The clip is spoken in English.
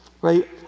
right